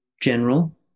general